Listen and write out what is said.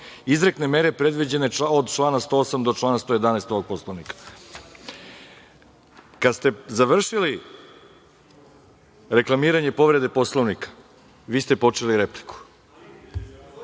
izrekne mere predviđene od člana 108. do člana 111. ovog Poslovnika. Kada ste završili reklamiranje povrede Poslovnika, vi ste počeli repliku.